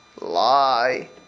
Lie